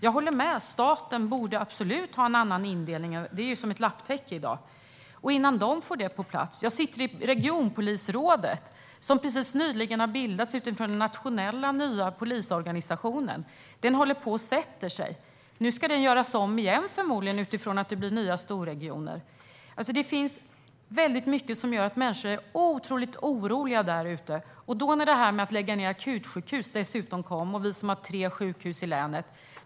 Jag håller med - staten borde absolut ha en annan indelning. Det är som ett lapptäcke i dag. Men innan man får det på plats? Jag sitter i ett regionpolisråd som nyligen har bildats med anledning av den nya nationella polisorganisationen, som håller på och sätter sig. Nu ska den förmodligen göras om igen på grund av att det blir nya storregioner. Det finns väldigt mycket som gör att människor är otroligt oroliga. När då dessutom det här med att lägga ned akutsjukhus kom blev det en stor oro - vi har tre sjukhus i länet.